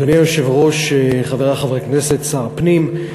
אדוני היושב-ראש, חברי חברי הכנסת, שר הפנים,